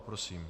Prosím.